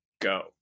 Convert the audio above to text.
go